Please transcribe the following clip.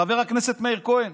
חבר הכנסת מאיר כהן,